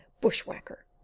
bushwhacker